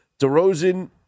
DeRozan